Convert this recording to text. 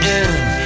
end